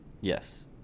Yes